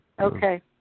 Okay